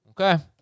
Okay